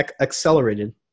accelerated